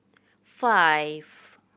five